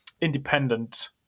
independent